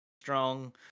strong